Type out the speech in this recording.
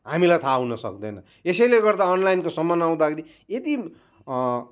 हामीलाई थाहा हुनसक्दैन यसैले गर्दा अनलाइनको सामान आउँदाखेरि यदि